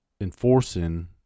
enforcing